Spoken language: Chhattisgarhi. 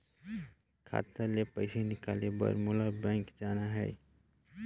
खाता ले पइसा निकाले बर मोला बैंक जाना हे?